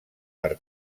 per